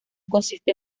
consiste